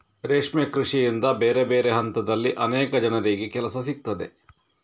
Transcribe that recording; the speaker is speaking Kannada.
ರೇಷ್ಮೆ ಕೃಷಿಯಿಂದ ಬೇರೆ ಬೇರೆ ಹಂತದಲ್ಲಿ ಅನೇಕ ಜನರಿಗೆ ಕೆಲಸ ಸಿಗ್ತದೆ